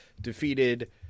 defeated